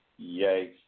Yikes